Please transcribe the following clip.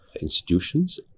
institutions